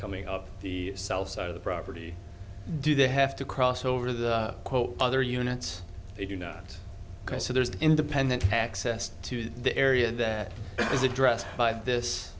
coming up the south side of the property do they have to cross over the other units they do not consider is an independent access to the area that is addressed by this